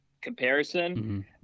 comparison